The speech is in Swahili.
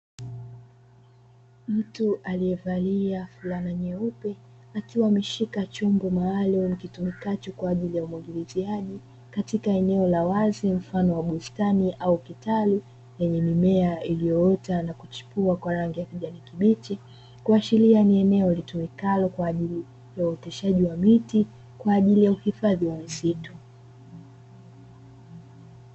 Mtu aliyevalia fulana nyeupe, akiwa ameshika chombo maalumu kitumikacho kwa ajili ya umwagiliziaji, katika eneo la wazi mfano wa bustani au kitalu; yenye mimea iliyoota na kuchipua kwa rangi ya kijani kibichi, kuashiria ni eneo litumikalo kwa ajili ya uoteshaji wa miti kwa ajili ya uhifadhi wa misitu.